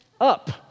up